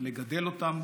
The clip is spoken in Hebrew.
לגדל אותם